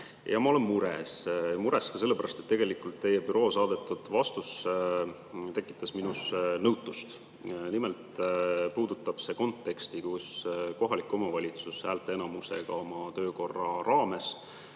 Ma olen mures sellepärast, et teie büroo saadetud vastus tekitas minus nõutust. Nimelt puudutab see konteksti, kus kohalik omavalitsus häälteenamusega oma töökorra raames